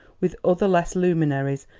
with other lesser luminaries,